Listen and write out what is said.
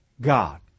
God